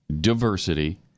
diversity